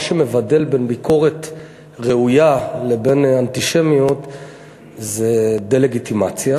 מה שמבדיל בין ביקורת ראויה לבין אנטישמיות זה דה-לגיטימציה,